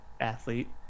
athlete